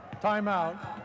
Timeout